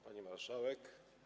Pani Marszałek!